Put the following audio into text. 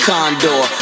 Condor